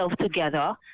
together